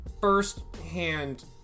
first-hand